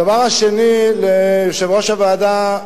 הדבר השני, יושב-ראש הוועדה,